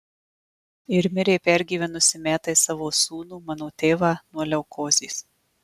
ir mirė pergyvenusi metais savo sūnų mano tėvą nuo leukozės